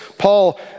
Paul